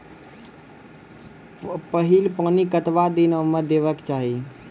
पहिल पानि कतबा दिनो म देबाक चाही?